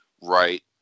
right